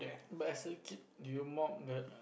but as a kid do you the